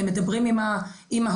הם מדברים עם ההורים.